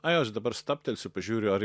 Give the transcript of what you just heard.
ai aš dabar stabtelsiu pažiūriu ar